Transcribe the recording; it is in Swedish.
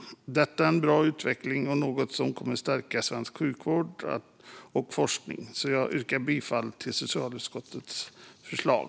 Detta är en bra utveckling och något som kommer att stärka svensk sjukvård och forskning. Jag yrkar bifall till socialutskottets förslag.